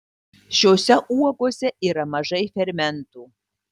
šiose uogose yra mažai fermentų